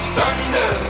Thunder